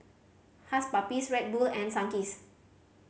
Hush Puppies Red Bull and Sunkist